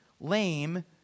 lame